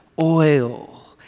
oil